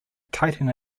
tighten